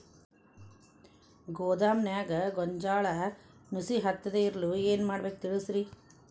ಗೋದಾಮಿನ್ಯಾಗ ಗೋಂಜಾಳ ನುಸಿ ಹತ್ತದೇ ಇರಲು ಏನು ಮಾಡಬೇಕು ತಿಳಸ್ರಿ